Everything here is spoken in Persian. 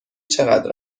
چقدر